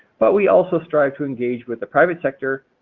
but we also strive to engage with the private sector,